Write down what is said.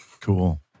Cool